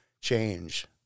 change